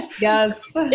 Yes